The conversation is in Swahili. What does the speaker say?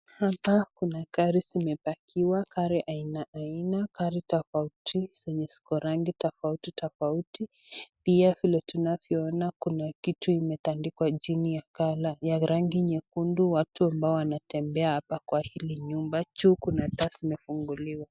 Hapa kuna gari zimepakiwa, gari aina aina, gari tofauti zenye ziko rangi tofauti tofauti. Pia vile tunavyoona kuna kitu imetandikwa chini ya rangi nyekundu. Watu ambao wanatembea hapa kwa hili nyumba. Juu kuna taa zimefunguliwa.